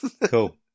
Cool